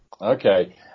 Okay